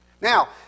Now